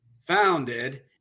founded